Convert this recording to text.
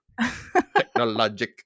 Technologic